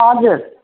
हजुर